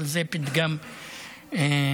אלא זה פתגם בערבית.